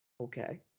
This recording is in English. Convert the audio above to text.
Okay